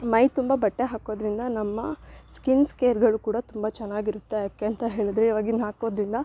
ಮೈ ತುಂಬ ಬಟ್ಟೆ ಹಾಕೋದ್ರಿಂದ ನಮ್ಮ ಸ್ಕಿನ್ಸ್ಕೆರ್ಗಳು ಕೂಡ ತುಂಬ ಚೆನ್ನಾಗಿರುತ್ತೆ ಯಾಕೆ ಅಂತ ಹೇಳಿದ್ರೆ ಇವಾಗಿನ ಹಾಕೋದ್ರಿಂದ